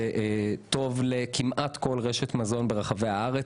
זה טוב לכמעט כל רשת מזון ברחבי הארץ.